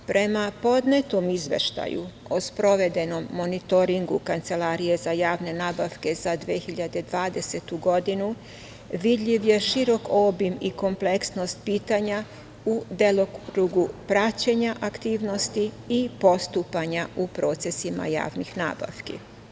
Prema podnetom Izveštaju o sprovedenom monitoringu Kancelarije za javne nabavke za 2020. godinu vidljiv je širok obim i kompleksnost pitanja u delokrugu praćenja aktivnosti i postupanja u procesima javnih nabavki.